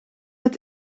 het